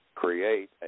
create